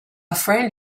friend